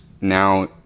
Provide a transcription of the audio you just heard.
now